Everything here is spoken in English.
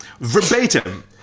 verbatim